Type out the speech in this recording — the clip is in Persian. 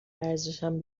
ورزشم